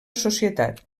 societat